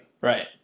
Right